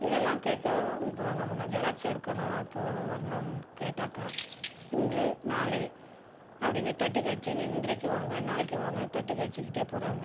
இதெல்லாம் கேட்க போனோம்னா ஜெராக்ஸ் எடுக்கணும் போகணும் வரணுன்னு கேட்டாக்கா இன்று நாளை அப்படினு தட்டி கழிச்சுக்கினு இன்றைக்கி வாங்க நாளைக்கு வாங்கன்னு தட்டி கழிச்சுக்கிட்டே போகிறாங்க